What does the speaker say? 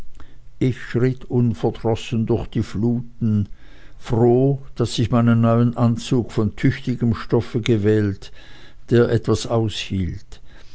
ich schritt unverdrossen durch die fluten froh daß ich meinen neuen anzug von tüchtigem stoffe gewählt der etwas aushielt